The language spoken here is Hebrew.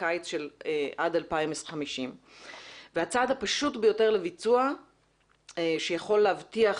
הקיץ של עד 2050. הצעד הפשוט ביותר לביצוע שיכול להבטיח